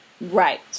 right